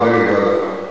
ועדה, וזה נגד,